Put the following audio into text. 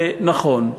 נכון?